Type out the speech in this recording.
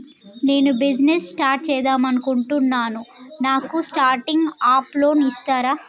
నేను business start చేద్దామనుకుంటున్నాను నాకు స్టార్టింగ్ అప్ లోన్ ఇస్తారా?